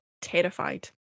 terrified